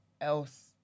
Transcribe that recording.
else